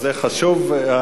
זה חשוב,